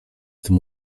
tym